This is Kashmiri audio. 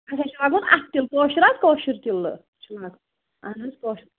اَسہِ حظ چھُ لاگُن اَتھٕ تِلہٕ کٲشُر حظ کٲشُر تِلہٕ چھُ لَاگُن اَہَن حظ کٲشُر